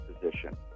position